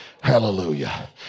Hallelujah